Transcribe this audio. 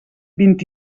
vint